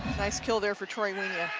nice kill there for tori wynja.